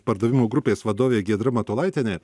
pardavimų grupės vadovė giedra matulaitienė